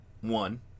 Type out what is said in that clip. One